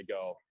go